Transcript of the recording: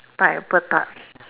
pineapple Tart